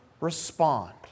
respond